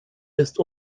ist